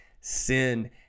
sin